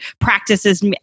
practices